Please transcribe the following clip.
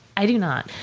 i do not.